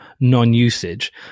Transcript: non-usage